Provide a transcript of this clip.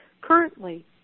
currently